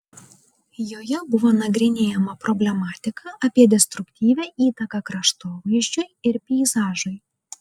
joje buvo nagrinėjama problematika apie destruktyvią įtaką kraštovaizdžiui ir peizažui